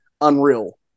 unreal